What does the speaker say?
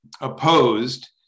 opposed